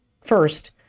first